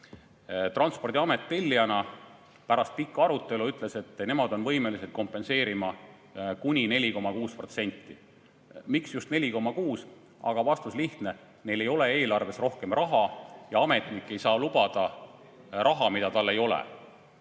Transpordiamet tellijana pärast pikka arutelu ütles, et nemad on võimelised kompenseerima kuni 4,6%. Miks just 4,6? Vastus on lihtne: neil ei ole eelarves rohkem raha ja ametnik ei saa lubada raha, mida tal ei ole.